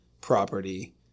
property